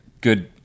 good